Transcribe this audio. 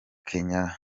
kenya